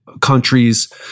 countries